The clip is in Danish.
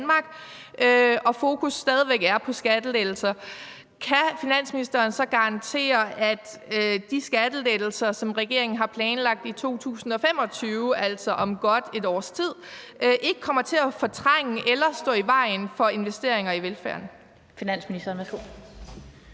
og fokus stadig væk er på skattelettelser, kan finansministeren så garantere, at de skattelettelser, som regeringen har planlagt for 2025, altså om godt et års tid, ikke kommer til at fortrænge eller stå i vejen for investeringer i velfærden?